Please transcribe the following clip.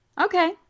Okay